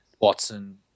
Watson